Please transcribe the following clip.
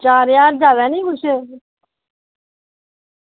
चार ज्हार जादै निं किश